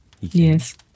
Yes